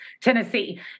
Tennessee